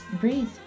breathe